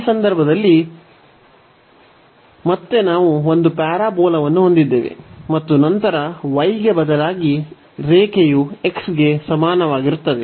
ಈ ಸಂದರ್ಭದಲ್ಲಿ ಮತ್ತೆ ನಾವು ಒಂದು ಪ್ಯಾರಾಬೋಲಾವನ್ನು ಹೊಂದಿದ್ದೇವೆ ಮತ್ತು ನಂತರ y ಗೆ ಬದಲಾಗಿ ರೇಖೆಯು x ಗೆ ಸಮಾನವಾಗಿರುತ್ತದೆ